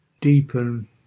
deepen